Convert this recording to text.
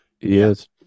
yes